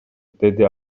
деди